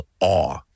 awe